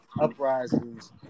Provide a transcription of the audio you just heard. uprisings